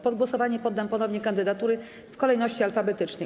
Pod głosowanie poddam ponownie kandydatury w kolejności alfabetycznej.